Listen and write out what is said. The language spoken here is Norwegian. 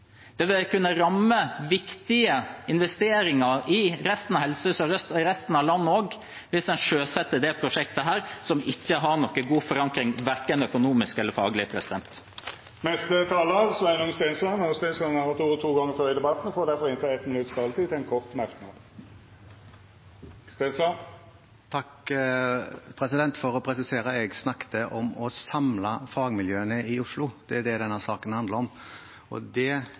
Det vil kunne ramme viktige investeringer i resten av Helse Sør-Øst og i resten av landet også hvis en sjøsetter dette prosjektet, som ikke har noen god forankring, verken økonomisk eller faglig. Representanten Sveinung Stensland har hatt ordet to gonger tidlegare og får ordet til ein kort merknad, avgrensa til 1 minutt. For å presisere: Jeg snakket om å samle fagmiljøene i Oslo, det er det denne saken handler om. Det er vi nødt til å få på plass, både av hensyn til driften og